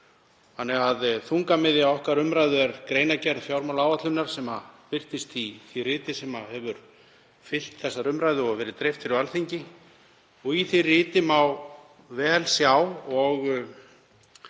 þannig að þungamiðja okkar umræðu er greinargerð fjármálaáætlunar sem birtist í því riti sem hefur fylgt þessari umræðu og verið dreift á Alþingi. Í því riti má vel sjá og lesa